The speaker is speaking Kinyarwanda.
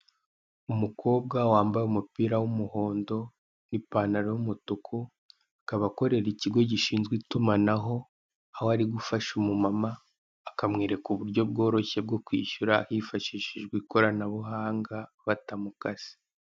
Umukobwa wambaye umupira w'umuhondo n'ipantalo y'umutuku akaba akorera ikigo gishinzwe itumanaho aho ari gufasha umumama akamwereka uburyo bworoshye bwo kwishyura hifashishijwe ikoranabuhanga batamukase.